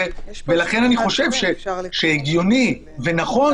ולכן אני חושב שהגיוני ונכון,